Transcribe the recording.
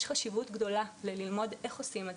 יש חשיבות גדולה ללמוד איך עושים את